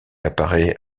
apparaît